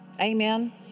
Amen